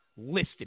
listed